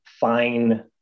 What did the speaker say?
fine